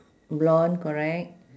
blonde correct